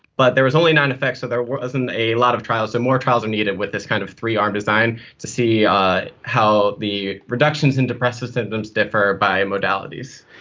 but there was only nine effects, so there wasn't a lot of trials, so more trials are needed with this kind of three-arm design to see how the reductions in depressive symptoms differ by modalities.